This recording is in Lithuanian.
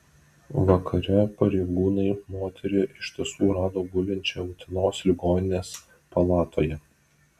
vakare pareigūnai moterį iš tiesų rado gulinčią utenos ligoninės palatoje